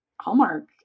Hallmark